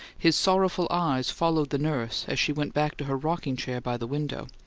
his sorrowful eyes followed the nurse as she went back to her rocking-chair by the window,